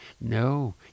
No